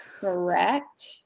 correct